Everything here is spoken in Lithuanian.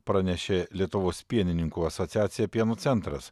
pranešė lietuvos pienininkų asociacija pieno centras